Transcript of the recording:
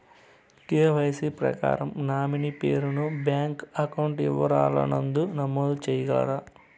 KYC ప్రకారం nominee పేరు ను బ్యాంకు అకౌంట్ వివరాల నందు నమోదు సేయగలరా?